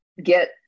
Get